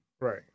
Right